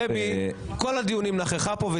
דבי נכחה פה בכל הדיונים,